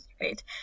right